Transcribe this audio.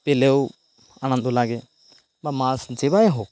পেলেও আনন্দ লাগে বা মাছ যেভাবে হোক